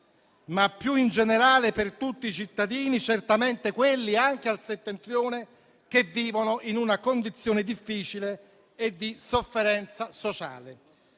ma più in generale per tutti i cittadini, anche certamente quelli che al Settentrione vivono in una condizione difficile e di sofferenza sociale.